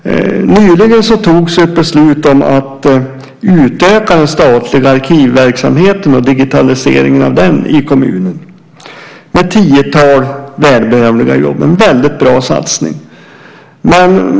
Nyligen togs ett beslut om att öka den statliga arkivverksamheten och digitaliseringen av den i kommunen med ett tiotal välbehövliga jobb. Det är en väldigt bra satsning.